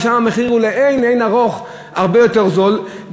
ושם המחיר לאין ערוך הרבה יותר זול,